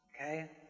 okay